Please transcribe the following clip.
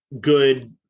good